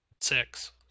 six